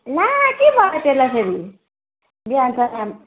ला के भयो त्यसलाई फेरि बिहान त राम्